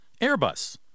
Airbus